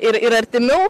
ir ir artimiau